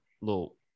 little